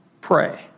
pray